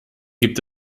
gibt